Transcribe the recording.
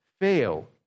fail